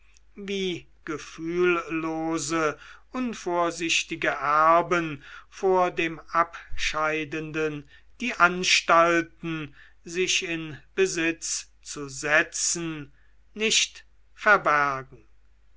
wie gefühllose unvorsichtige erben vor dem abscheidenden die anstalten sich in besitz zu setzen nicht verbergen